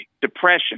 depression